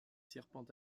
serpents